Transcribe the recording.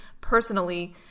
personally